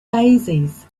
daisies